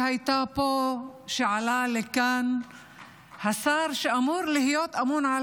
שהייתה פה כשעלה לכאן השר שאמור להיות אמון על